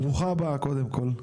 ברוכה הבאה קודם כל,